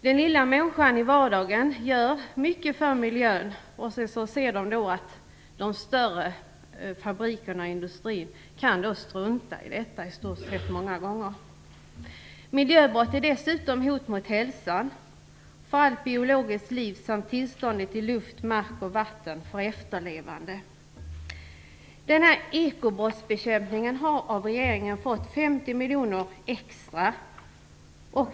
Den lilla människan i vardagen gör mycket för miljön, men ser att de större, fabrikerna och industrin, många gånger i stort sett kan strunta i detta. Miljöbrott innebär dessutom hot mot hälsan för allt biologiskt liv, liksom tillståndet i mark, luft och vatten för efterlevande. Ekobrottsbekämpningen har av regeringen fått 50 miljoner kronor extra.